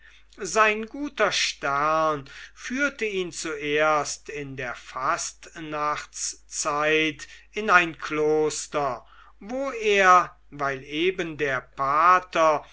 sein guter stern führte ihn zuerst in der fastnachtszeit in ein kloster wo er weil eben der pater